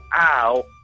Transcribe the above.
ow